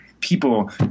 people